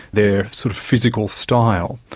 their sort of physical style.